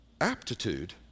aptitude